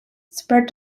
spread